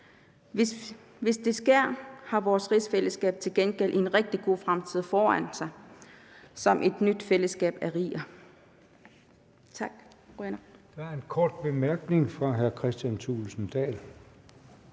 Hvis det sker, har vores rigsfællesskab til gengæld en rigtig god fremtid foran sig – som et nyt fællesskab af riger.